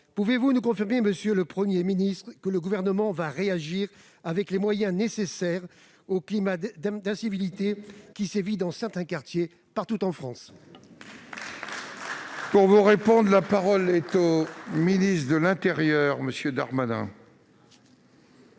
Pouvez-vous nous confirmer, monsieur le Premier ministre, que le Gouvernement va réagir avec les moyens nécessaires au climat d'incivilité qui sévit dans certains quartiers, partout en France ? La parole est à M. le ministre de l'intérieur. Monsieur le